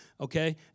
Okay